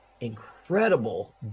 incredible